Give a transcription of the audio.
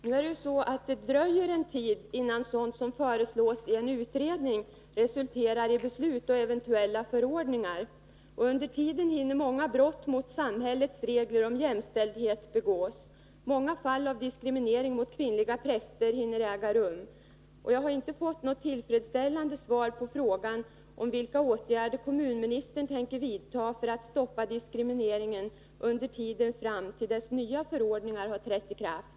Fru talman! Nu är det ju så att det dröjer en tid innan sådant som föreslås i en utredning resulterar i beslut och eventuella förordningar. Under tiden hinner många brott mot samhällets regler om jämställdhet begås, och många fall av diskriminering mot kvinnliga präster hinner äga rum. Jag har inte fått något tillfredsställande svar på frågan om vilka åtgärder kommunministern tänker vidta för att stoppa diskrimineringen under tiden fram till dess nya förordningar har trätt i kraft.